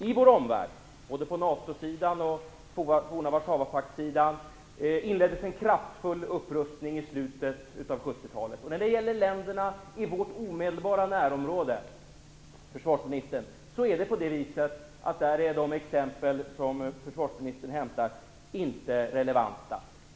I vår omvärld - både inom NATO och i den forna Warszawapakten - inleddes en kraftfull upprustning i slutet av 70-talet. För länderna i vårt omedelbara närområde, försvarsministern, är de exempel som försvarsministern tar inte relevanta.